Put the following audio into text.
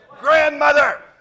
Grandmother